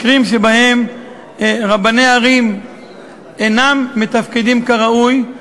מקרים שבהם רבני ערים אינם מתפקדים כראוי,